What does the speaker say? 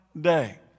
day